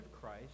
Christ